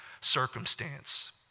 circumstance